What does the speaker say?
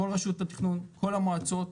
כל רשות התכנון, כל המועצות,